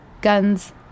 Guns